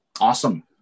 awesome